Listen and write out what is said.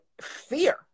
Fear